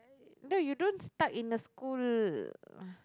no you don't stuck in the school uh